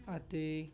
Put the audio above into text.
ਅਤੇ